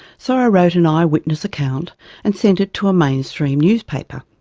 so i wrote an eyewitness account and sent it to a mainstream newspaper.